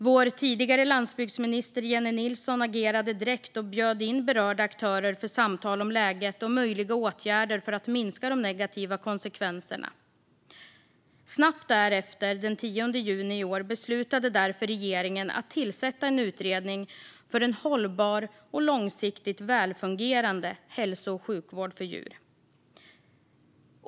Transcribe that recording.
Vår tidigare landsbygdsminister Jennie Nilsson agerade direkt och bjöd in berörda aktörer för samtal om läget och möjliga åtgärder för att minska de negativa konsekvenserna. Snabbt därefter, den 10 juni i år, beslutade därför regeringen att tillsätta en utredning för en hållbar och långsiktigt välfungerande hälso och sjukvård för djur.